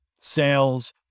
Sales